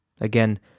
Again